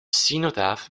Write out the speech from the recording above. cenotaph